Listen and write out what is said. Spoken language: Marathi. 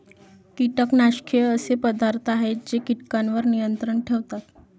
कीटकनाशके असे पदार्थ आहेत जे कीटकांवर नियंत्रण ठेवतात